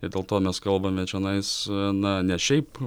ir dėl to mes kalbame čionais na ne šiaip